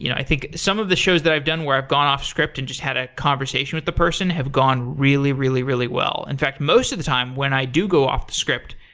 you know i think some of the shows that i've done where i've gone off script and just had a conversation with the person have gone really, really, really well. in fact, most of the time, when i do go off the script,